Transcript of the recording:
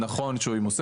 נכון שיהיה עליו מס.